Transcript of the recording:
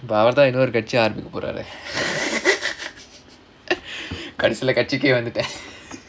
அவர் தான் ஒரு கட்சி ஆரம்பிக்க போறாரே:avarthaan oru katchi aarambika poraarae கடைசில கட்சிக்கே வந்துட்டான்:kadasila katchikkae vandhutaan